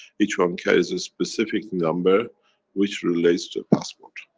each one carries a specific number which relates to a passport.